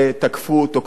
אבל זה באמת לא חשוב.